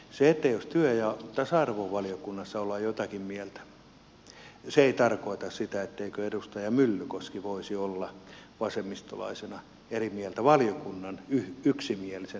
se että jos työelämä ja tasa arvovaliokunnassa ollaan jotakin mieltä ei tarkoita sitä etteikö edustaja myllykoski voisi olla vasemmistolaisena eri mieltä valiokunnan yksimielisen